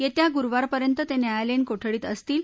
येत्या गुरुवारपर्यंत ते न्यायालयीन कोठडीत असतील